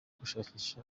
gushakisha